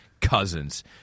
Cousins